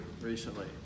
recently